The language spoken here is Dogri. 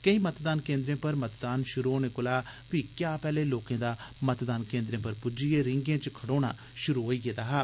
केंई मतदान केंद्रें पर मतदान शुरू होनें कोला बी क्या पैहलै लोकें दा मतदान केन्द्रे पर पुज्जिए रींगें च खड़ोना शुरू होई गेदा हा